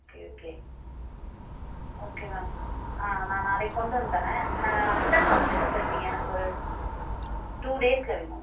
okay okay okay ma'am ஆ நான் நாளைக் கொண்டு வந்து தரேன் எத்தனை நாளில் தைச்சி தருவீங்க எனக்கு ஒரு டூ டேஸில் வேணும்